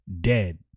dead